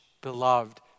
beloved